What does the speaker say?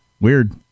Weird